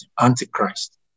antichrist